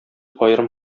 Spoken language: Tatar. аерым